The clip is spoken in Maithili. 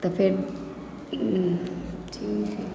तऽ फेर